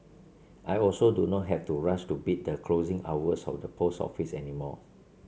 I also do not have to rush to beat the closing hours of the post office any more